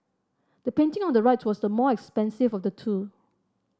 the painting on the right was the more expensive of the two